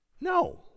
No